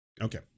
okay